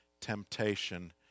temptation